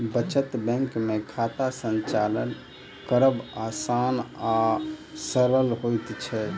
बचत बैंक मे खाता संचालन करब आसान आ सरल होइत छै